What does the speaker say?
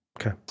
okay